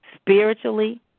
spiritually